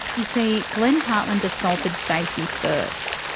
you see glenn hartland assaulted stacey first.